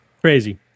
Crazy